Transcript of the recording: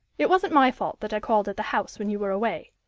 it wasn't my fault that i called at the house when you were away.